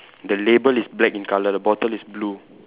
the label is black in colour the bottle is blue